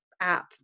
app